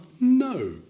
No